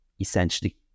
essentially